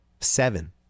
Seven